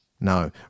No